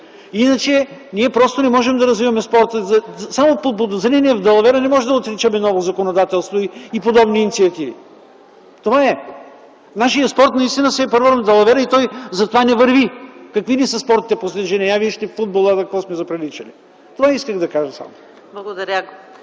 Иначе ние просто не можем да развиваме спорта. Само под подозрение в далавера не можем да отричаме ново законодателство и подобни инициативи. Това е! Нашият спорт наистина се е превърнал в далавера и той затова не върви. Какви са ни спортните постижения? Я вижте футбола на какво сме заприличали. Това исках да кажа само. ПРЕДСЕДАТЕЛ